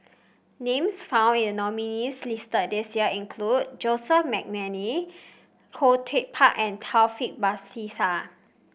names found in the nominees' list this year include Joseph McNally Khoo Teck Puat and Taufik Batisah